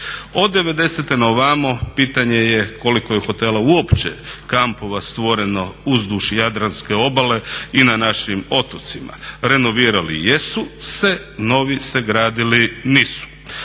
Od '90.-te na ovamo pitanje je koliko je hotela uopće, kampova stvoreno uzduž Jadranske obale i na našim otocima. Renovirali jesu se, novi sagradili nisu.